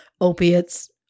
opiates